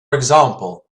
example